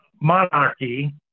Monarchy